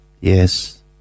Yes